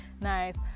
nice